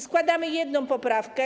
Składamy jedną poprawkę.